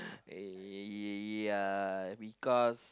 uh ya because